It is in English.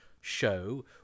show